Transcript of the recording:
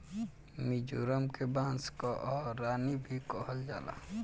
मिजोरम के बांस कअ रानी भी कहल जाला